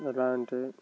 ఎలా అంటే